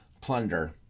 plunder